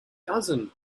dozen